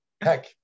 heck